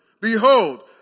behold